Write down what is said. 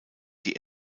die